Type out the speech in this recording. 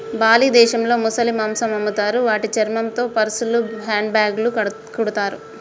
Bali దేశంలో ముసలి మాంసం అమ్ముతారు వాటి చర్మంతో పర్సులు, హ్యాండ్ బ్యాగ్లు కుడతారు